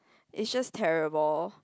it's just terrible